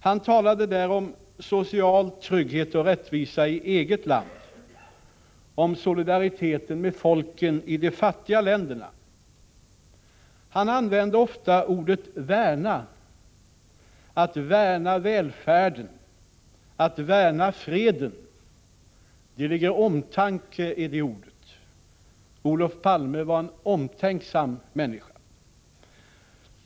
Han talade där om social trygghet och rättvisa i eget land och om solidaritet med folken i de fattiga länderna. Han använde sig ofta av ordet värna, att värna välfärden, att värna freden. Det ligger omtanke i det ordet. Olof Palme var en omtänksam människa.